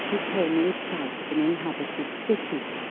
he came in sight of an inhabited city,